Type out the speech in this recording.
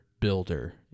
builder